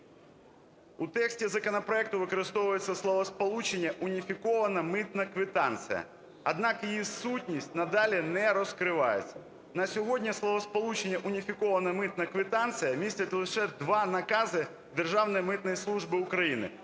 У тексті законопроекту використовується словосполучення "уніфікована митна квитанція", однак її сутність надалі не розкривається. На сьогодні словосполучення "уніфікована митна квитанція" містять лише два накази Державної митної служби України